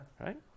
Right